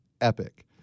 epic